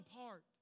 apart